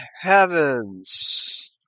heavens